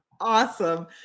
Awesome